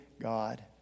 God